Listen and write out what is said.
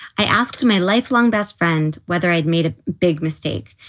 i asked my lifelong best friend whether i'd made a big mistake.